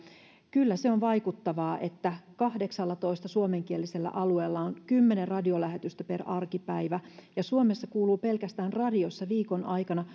kyllä se on vaikuttavaa että kahdeksallatoista suomenkielisellä alueella on kymmenen radiolähetystä per arkipäivä suomessa kuuluu pelkästään radiossa viikon aikana